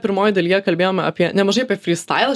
pirmoj dalyje kalbėjome apie nemažai apie frystailą